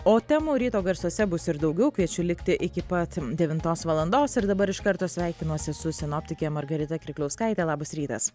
o temų ryto garsuose bus ir daugiau kviečiu likti iki pat devintos valandos ir dabar iš karto sveikinuosi su sinoptike margarita kirkliauskaite labas rytas